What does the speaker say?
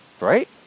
right